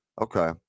Okay